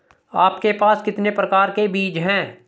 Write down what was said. आपके पास कितने प्रकार के बीज हैं?